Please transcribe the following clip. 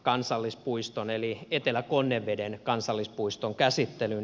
kansallispuiston eli etelä konneveden kansallispuiston käsittelyn